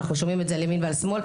אנחנו שומעים את זה על ימין ועל שמאל,